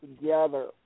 together